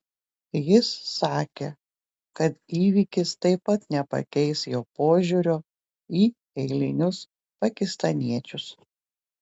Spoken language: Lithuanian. jis sakė kad įvykis taip pat nepakeis jo požiūrio į eilinius pakistaniečius